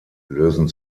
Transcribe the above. lösen